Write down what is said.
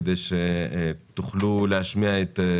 המגזר העסקי כדי שיוכלו להשמיע את טענותיהם.